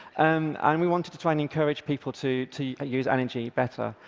um and we wanted to try and encourage people to to use energy better.